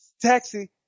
Taxi